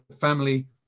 family